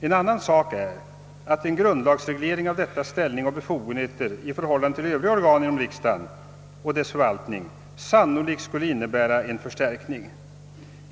En annan sak är, att en grundlagsreglering av dettas ställ ning och befogenheter i förhållande till övriga organ inom riksdagen och dess förvaltning sannolikt skulle innebära en förstärkning.